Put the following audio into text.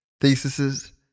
theses